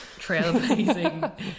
Trailblazing